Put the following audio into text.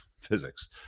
physics